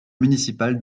municipale